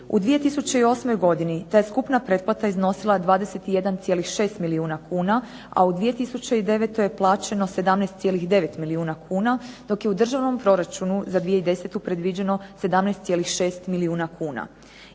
U 2008. godini ta je skupna pretplata iznosila 21,6 milijuna kuna, a u 2009. je plaćeno 17,9 milijuna kuna, dok je u državnom proračunu za 2010. predviđeno 17,6 milijuna kuna.